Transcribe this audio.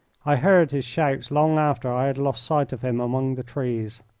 i heard his shouts long after i had lost sight of him among the trees.